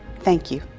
thank you.